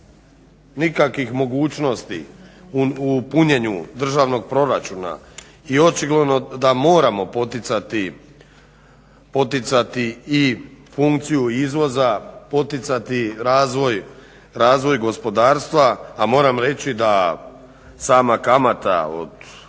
nikakvih mogućnosti u punjenju državnog proračuna i očigledno da moramo poticati i funkciju izvoza, poticati razvoj gospodarstva, a moram reći da sama kamata od